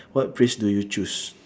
what phrase do you choose